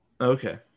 Okay